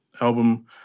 album